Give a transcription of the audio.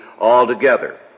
altogether